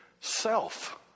self